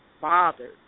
bothered